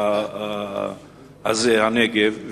הנגב,